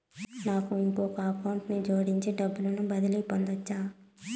నాకు ఇంకొక అకౌంట్ ని జోడించి డబ్బును బదిలీ పంపొచ్చా?